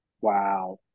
Wow